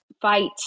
fight